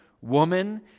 woman